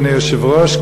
אדוני היושב-ראש,